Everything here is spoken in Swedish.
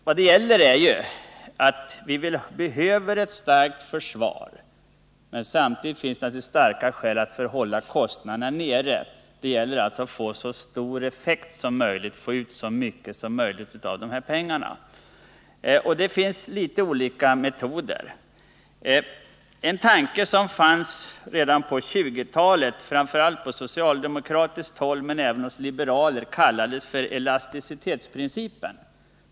Problemet är ju att vi behöver ett starkt försvar samtidigt som det naturligtvis finns starka skäl att hålla kostnaderna nere. Det gäller alltså att få ut så mycket som möjligt för pengarna, att få största möjliga effektivitet. En tanke som fanns redan på 1920-talet, framför allt på socialdemokratiskt håll men även hos liberaler, var att man skulle tillämpa något som kallades elasticitetsprincipen.